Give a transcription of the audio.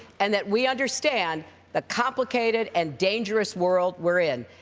and that we understand the complicated and dangerous world we are in.